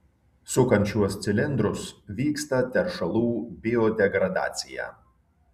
sukant šiuos cilindrus vyksta teršalų biodegradacija